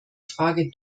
frage